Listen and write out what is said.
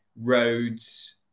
roads